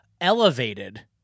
elevated